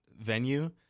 venue